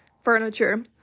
furniture